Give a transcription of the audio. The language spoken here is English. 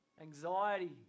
anxiety